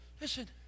listen